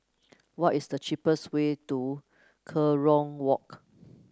what is the cheapest way to Kerong Walk